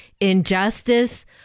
injustice